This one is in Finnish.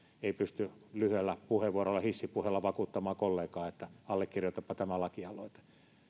ei pysty lyhyellä puheenvuorolla hissipuheella vakuuttamaan kollegaa että allekirjoitapa tämä lakialoite